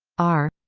r?